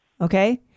Okay